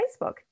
Facebook